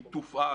היא תופעל